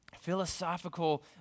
philosophical